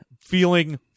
feeling